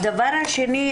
הדבר השני.